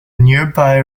nearby